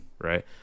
Right